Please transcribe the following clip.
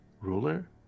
ruler